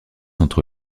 entre